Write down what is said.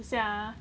等一下 ah